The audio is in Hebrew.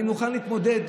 אני מוכן להתמודד,